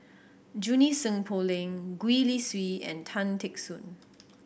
Junie Sng Poh Leng Gwee Li Sui and Tan Teck Soon